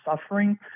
suffering